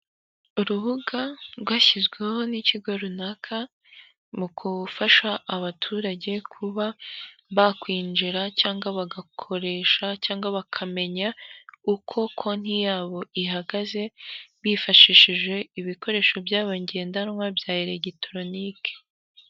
Urubuga rwashyizweho n'ikigo runaka mu gufasha abaturage kuba bakwinjira cyangwa bagakoresha cyangwa bakamenya uko konti yabo ihagaze bifashishije ibikoresho byabo ngendanwa bya elegitoroniki.